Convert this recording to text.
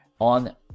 on